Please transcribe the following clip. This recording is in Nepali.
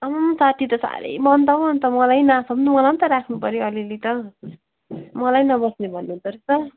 आम्मामाम साठी त साह्रै भयो नि त अनि त मलाई नाफा पनि मलाई पनि त राख्नपऱ्यो अलिअलि त मलाई नबस्ने भन्नु हुँदोरहेछ